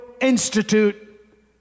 Institute